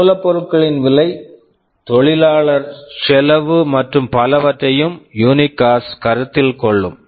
மூலப்பொருட்களின் விலை தொழிலாளர் செலவு மற்றும் பலவற்றையும் யூனிட் காஸ்ட் unit cost கருத்தில் கொள்ளும்